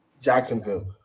Jacksonville